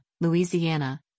Louisiana